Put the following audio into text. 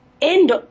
end